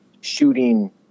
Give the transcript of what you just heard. shooting